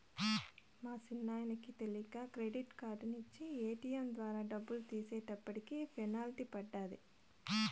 మా సిన్నాయనకి తెలీక క్రెడిట్ కార్డు నించి ఏటియం ద్వారా డబ్బులు తీసేటప్పటికి పెనల్టీ పడ్డాది